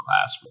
class